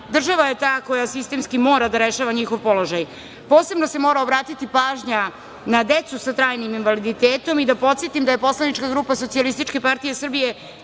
država je ta koja sistemski mora da rešava njihov položaj. Posebno se mora obratiti pažnja na decu sa trajnim invaliditetom. Da podsetim da je Poslanička grupa Socijalističke partije Srbije